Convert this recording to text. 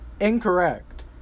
incorrect